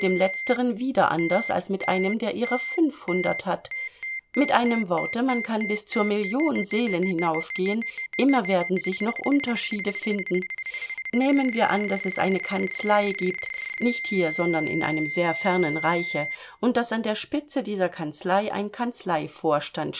letzteren wieder anders als mit einem der ihrer fünfhundert hat mit einem worte man kann bis zur million seelen hinaufgehen immer werden sich noch unterschiede finden nehmen wir an daß es eine kanzlei gibt nicht hier sondern in einem sehr fernen reiche und daß an der spitze dieser kanzlei ein